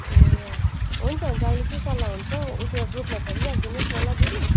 ए अँ हुन्छ हुन्छ अहिले के सल्लाह हुन्छ त्यहाँ ग्रुपमा छोडिराखिदिनुहोस् न दिदी